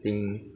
think